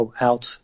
out